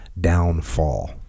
downfall